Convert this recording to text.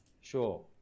Sure